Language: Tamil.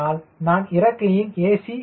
அதனால் நான் இறக்கையின் a